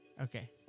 Okay